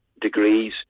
degrees